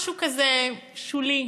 משהו כזה שולי,